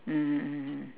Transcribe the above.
mmhmm mmhmm